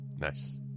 Nice